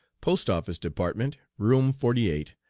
post-office department, room forty eight,